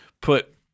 put